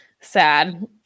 Sad